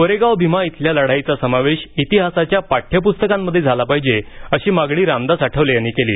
कोरेगाव भीमा इथल्या लढाईचा समावेश इतिहासाच्या पाठ्यप्स्तकामध्ये झाला पाहिजे अशी मागणी रामदास आठवले यांनी केली